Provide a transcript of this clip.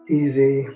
easy